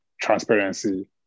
transparency